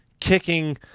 kicking